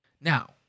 Now